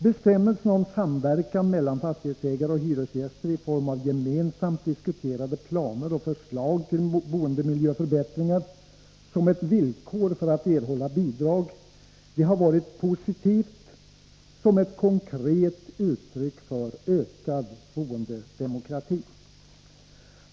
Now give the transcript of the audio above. Bestämmelserna om att låta samverkan mellan fastighetsägare och hyresgäster i form av gemensamt diskuterade planer och förslag till boendemiljöförbättringar utgöra ett villkor för att erhålla bidrag har varit positiva som ett konkret uttryck för ökad boendedemokrati.